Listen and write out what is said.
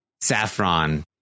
Saffron